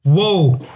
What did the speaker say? Whoa